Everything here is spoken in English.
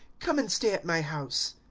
come and stay at my house.